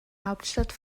hauptstadt